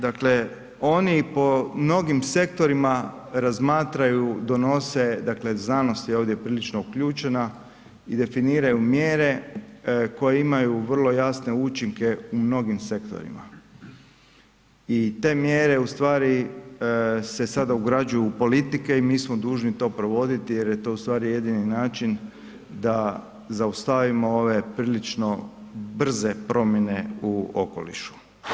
Dakle, oni po mnogim sektorima, razmatraju, donose dakle znanost je ovdje prilično uključena i definiraju mjere koje imaju vrlo jasne učinke u mnogim sektorima i te mjere ustvari se sada ugrađuju u politike i mi smo dužni to provoditi jer je to u stvari jedini način da zaustavimo ove prilično brze promjene u okolišu.